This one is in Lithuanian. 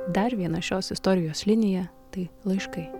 dar viena šios istorijos linija tai laiškai